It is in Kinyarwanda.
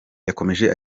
yakomeje